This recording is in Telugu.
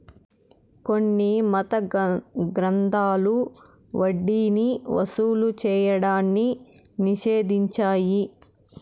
కొన్ని మత గ్రంథాలు వడ్డీని వసూలు చేయడాన్ని నిషేధించాయి